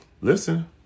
Listen